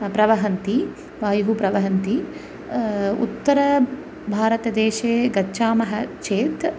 प्रवहन्ति वायुः प्रवहन्ति उत्तरभारतदेशे गच्छामः चेत्